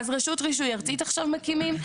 אז רשות רישוי ארצית עכשיו מקימים?